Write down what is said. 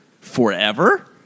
forever